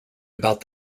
about